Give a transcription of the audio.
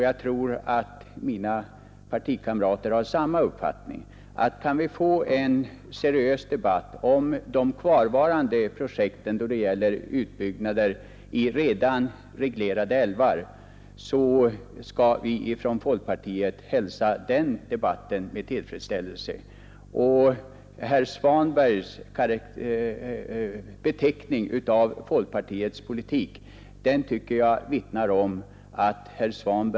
Jag tror att mina partikamrater har samma uppfattning som jag, att kan vi få en seriös debatt om de kvarvarande projekten för utbyggnader av redan reglerade älvar hälsar vi inom folkpartiet den med tillfredsställelse.